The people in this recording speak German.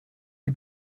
sie